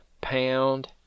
pound